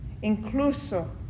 incluso